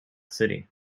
city